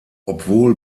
obwohl